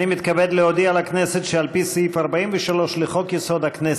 אני מתכבד להודיע לכנסת שעל פי סעיף 43 לחוק-יסוד: הכנסת,